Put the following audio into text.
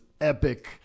epic